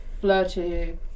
flirty